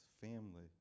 family